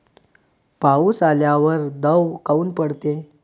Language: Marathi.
पाऊस आल्यावर दव काऊन पडते?